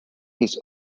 his